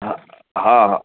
हा हा